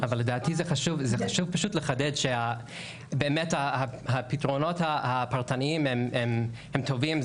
לדעתי זה חשוב לחדד שבאמת הפתרונות הפרטניים הם טובים.